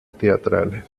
teatrales